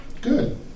Good